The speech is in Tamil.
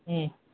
ம்